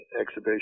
exhibition